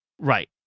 Right